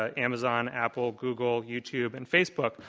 ah amazon, apple, google, youtube, and facebook.